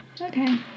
okay